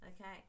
Okay